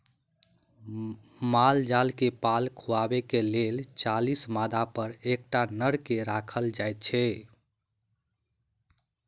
माल जाल के पाल खुअयबाक लेल चालीस मादापर एकटा नर के राखल जाइत छै